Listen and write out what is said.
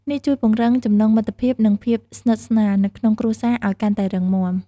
នេះជួយពង្រឹង ចំណងមិត្តភាព និងភាពស្និទ្ធស្នាល នៅក្នុងគ្រួសារឱ្យកាន់តែរឹងមាំ ។